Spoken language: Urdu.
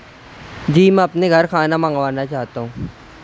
جی میں اپنے گھر کھانا منگوانا چاہتا ہوں